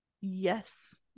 Yes